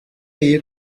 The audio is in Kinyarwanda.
iyi